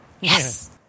Yes